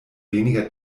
weniger